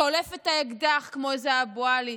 שולף את האקדח כמו איזה אבו עלי,